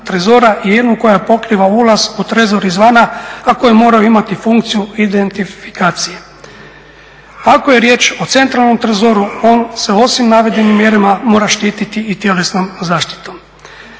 i jednu koja pokriva ulaz u trezor izvana, a koje moraju imati funkciju identifikacije. Ako je riječ o centralnom trezoru, on se osim navedenim mjerama mora štiti i tjelesnom zaštitom.